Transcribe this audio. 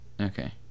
Okay